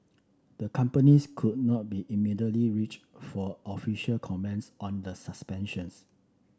the companies could not be immediately reached for official commence on the suspensions